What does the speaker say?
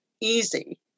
easy